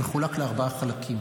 מחולק לארבעה חלקים.